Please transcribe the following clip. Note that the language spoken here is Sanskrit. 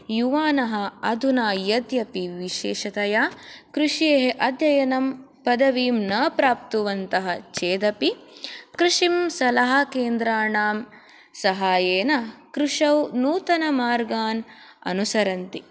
युवानः अधुना यद्यपि विशेषतया कृषेः अध्ययनं पदवीं न प्राप्तुवन्तः चेदपि कृषिं सलाह केन्द्रानां सहायेन कृषौ नूतन मार्गान् अनुसरन्ति